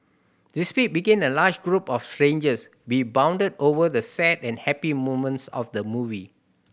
despite being a large group of strangers we bonded over the sad and happy moments of the movie